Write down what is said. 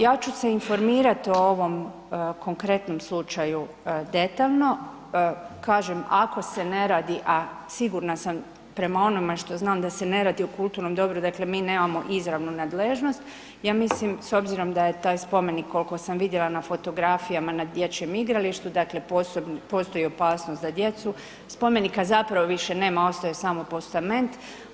Ja ću se informirati o ovom konkretnom slučaju detaljno, kažem ako se ne radi, a sigurna sam prema onome što znam da se ne radi o kulturnom dobru, dakle mi nemamo izravnu nadležnost, ja mislim s obzirom da je taj spomenik koliko sam vidjela na fotografijama na dječjem igralištu, dakle postoji opasnost za djecu, spomenika zapravo više nema ostao je samo postament.